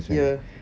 ya